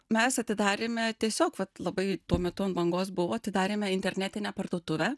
mes atidarėme tiesiog vat labai tuo metu bangos buvo atidarėme internetinę parduotuvę